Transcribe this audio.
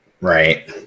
Right